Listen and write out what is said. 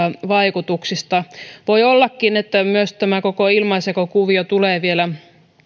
vaikutuksista voi ollakin että myös tämä koko ilmaisjakokuvio tulee vielä